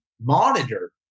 monitor